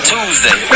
Tuesday